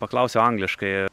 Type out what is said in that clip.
paklausiau angliškai